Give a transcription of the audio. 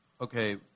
okay